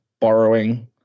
borrowing